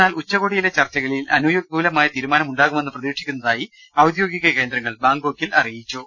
എന്നാൽ ഉച്ചകോടിയിലെ ചർച്ചകളിൽ അനുകൂലമായ തീരു മാനമുണ്ടാകുമെന്ന് പ്രതീക്ഷിക്കുന്നതായി ഔദ്യോഗിക കേന്ദ്രങ്ങൾ ബാങ്കോക്കിൽ അറിയിച്ചു